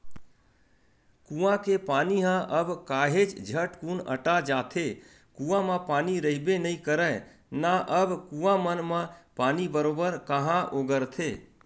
कुँआ के पानी ह अब काहेच झटकुन अटा जाथे, कुँआ म पानी रहिबे नइ करय ना अब कुँआ मन म पानी बरोबर काँहा ओगरथे